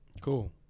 Cool